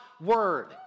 Word